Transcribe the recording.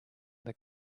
that